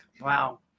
wow